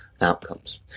outcomes